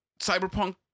Cyberpunk